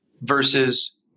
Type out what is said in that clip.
versus